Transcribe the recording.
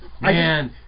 Man